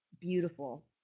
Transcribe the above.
beautiful